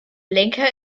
lenker